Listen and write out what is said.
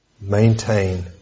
maintain